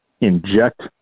inject